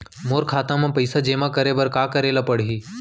मोर खाता म पइसा जेमा करे बर का करे ल पड़ही?